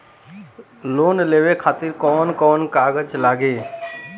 Loan लेवे खातिर कौन कौन कागज लागी?